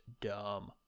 dumb